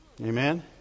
Amen